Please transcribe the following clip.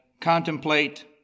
contemplate